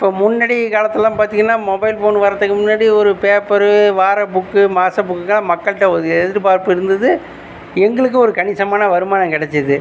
இப்போ முன்னாடி காலத்துலலாம் பார்த்திங்கன்னா மொபைல் ஃபோன் வரத்துக்கு முன்னாடி ஒரு பேப்பர் வார புக் மாத புக்கலாம் மக்கள் கிட்ட ஒரு எதிர்பார்ப்பு இருந்தது எங்களுக்கும் ஒரு கணிசமான வருமானம் கிடச்சிது